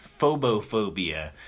phobophobia